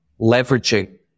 leveraging